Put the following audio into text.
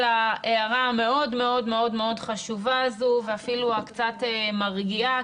על ההערה המאוד מאוד מאוד חשובה הזו אפילו הקצת מרגיעה,